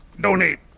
Donate